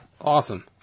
Awesome